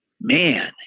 Man